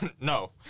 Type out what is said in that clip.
No